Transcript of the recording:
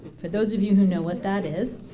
for those of you who know what that is